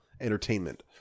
entertainment